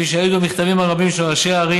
כפי שיעידו המכתבים הרבים של ראשי הערים